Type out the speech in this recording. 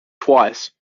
twice